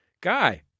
Guy